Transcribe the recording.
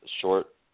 short